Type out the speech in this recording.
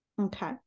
okay